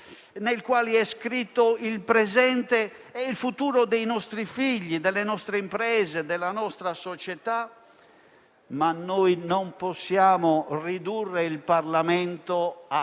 nei quali sono scritti il presente e il futuro dei nostri figli, delle nostre imprese e della nostra società e non possiamo ridurre il Parlamento a